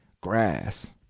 grass